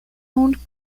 owned